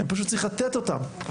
פשוט צריך לתת אותם,